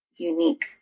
unique